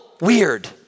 weird